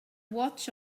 watch